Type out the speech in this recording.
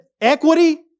equity